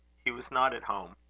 he was not at home.